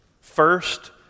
First